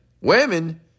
Women